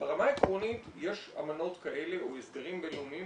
ברמה העקרונית יש אמנות כאלה או הסדרים בינלאומיים